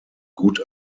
gut